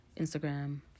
Instagram